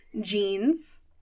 jeans